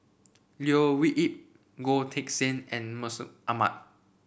Leo Yip Goh Teck Sian and Mustaq Ahmad